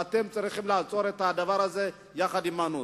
ואתם צריכים לעצור את הדבר הזה יחד עמנו.